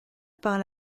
par